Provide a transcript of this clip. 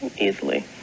easily